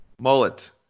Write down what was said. Mullet